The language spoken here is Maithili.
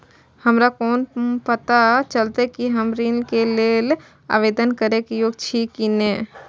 हमरा कोना पताा चलते कि हम ऋण के लेल आवेदन करे के योग्य छी की ने?